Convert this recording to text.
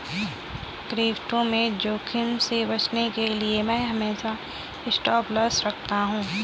crypto में जोखिम से बचने के लिए मैं हमेशा स्टॉपलॉस लगाता हूं